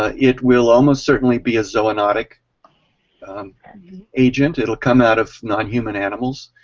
ah it will almost certainly be a zoonatic agent. it will come out of non-human animals.